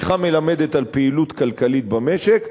צמיחה מלמדת על פעילות כלכלית במשק,